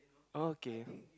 okay